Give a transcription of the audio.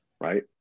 right